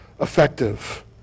effective